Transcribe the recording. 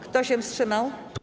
Kto się wstrzymał?